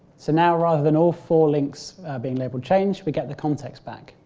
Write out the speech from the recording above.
so now rather than all four links being labelled change, we get the context back,